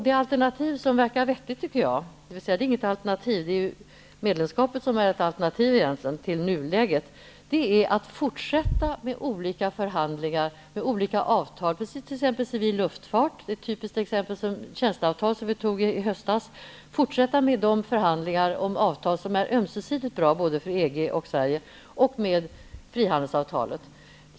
Det alternativ som jag tycker verkar vara vettigt -- ja, det är inget alternativ, för det är medlemskapet som egentligen är ett alternativ till nuläget -- är att vi fortsätter med olika förhandlingar, med olika avtal. Det gäller t.ex. civil luftfart. Det är ett typiskt exempel på tjänsteavtal som vi antog i höstas. Det gäller att fortsätta med de förhandlingar om avtal som är ömsesidigt bra -- dvs. som är bra för både EG och Sverige -- och med frihandelsavtalet.